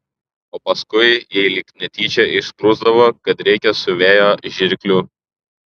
o paskui jai lyg netyčia išsprūsdavo kad reikia siuvėjo žirklių